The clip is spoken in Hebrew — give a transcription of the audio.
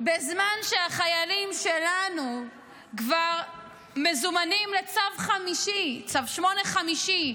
בזמן שהחיילים שלנו כבר מזומנים לצו 8 חמישי,